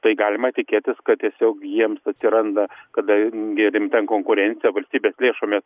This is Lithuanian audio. tai galima tikėtis kad tiesiog jiems atsiranda kada gi rimta konkurencija valstybės lėšomis